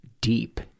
deep